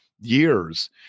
years